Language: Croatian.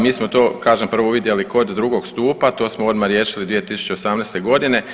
Mi smo to kažem prvo uvidjeli kod drugog stupa, to smo odmah riješili 2018. godine.